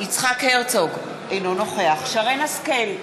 יצחק הרצוג, אינו נוכח שרן השכל,